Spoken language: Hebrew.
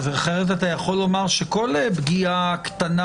אז אחרת אתה יכול לומר שכל פגיעה קטנה